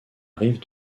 rive